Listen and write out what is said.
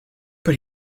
but